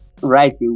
right